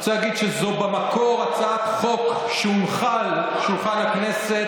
אני רוצה להגיד שבמקור זו הצעת חוק שהונחה על שולחן הכנסת